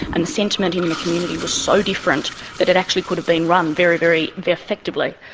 and the sentiment in and the community was so different that it actually could have been run very, very very effectively,